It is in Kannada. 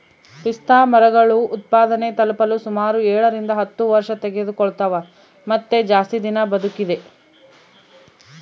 ಪಿಸ್ತಾಮರಗಳು ಉತ್ಪಾದನೆ ತಲುಪಲು ಸುಮಾರು ಏಳರಿಂದ ಹತ್ತು ವರ್ಷತೆಗೆದುಕೊಳ್ತವ ಮತ್ತೆ ಜಾಸ್ತಿ ದಿನ ಬದುಕಿದೆ